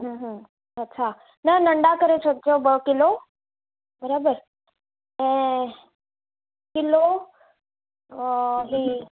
हूं हूं अच्छा न नंढा करे छॾिजो ॿ किलो बराबरि ऐं किलो हीअ